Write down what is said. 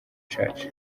church